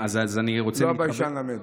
לא הביישן למד.